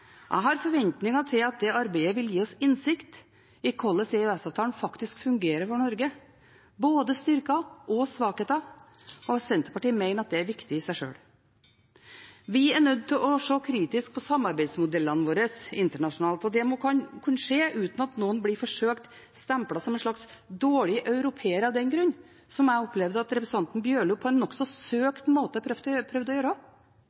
Jeg har forventninger til at det arbeidet vil gi oss innsikt i hvordan EØS-avtalen faktisk fungerer for Norge, både styrker og svakheter, og Senterpartiet mener at det er viktig i seg sjøl. Vi er nødt til å se kritisk på samarbeidsmodellene våre internasjonalt, og det må kunne skje uten at noen blir forsøkt stemplet som en slags dårlig europeer av den grunn, som jeg opplevde at representanten Bjørlo på en nokså søkt måte prøvde å gjøre.